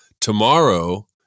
tomorrow